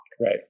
Right